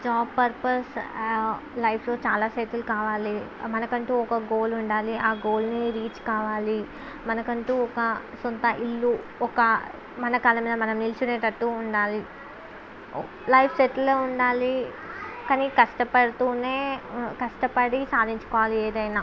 job purpose లైఫ్లో చాలా settle కావాలి మనకు అంటు ఒక గోల్ ఉండాలి ఆ గోల్ని రీచ్ కావాలి మనకు అంటు సొంత ఇల్లు ఒక మన కాళ్ళ మీద మనం నిల్చునేటట్టు ఉండాలి లైఫ్ సెటిల్ ఉండాలి కానీ కష్టపడుతు కష్టపడి సాధించుకోవాలి ఏదైన